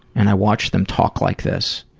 and i watched them talk like this,